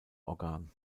organ